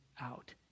out